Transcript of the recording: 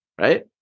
right